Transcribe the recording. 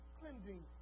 cleansing